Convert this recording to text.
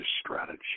strategy